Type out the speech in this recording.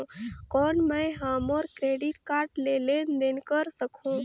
कौन मैं ह मोर क्रेडिट कारड ले लेनदेन कर सकहुं?